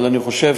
אבל אני חושב